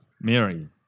Mary